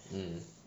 mm